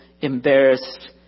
embarrassed